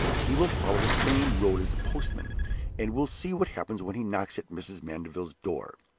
he will follow the same road as the postman and we'll see what happens when he knocks at mrs. mandeville's door.